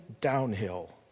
downhill